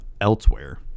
elsewhere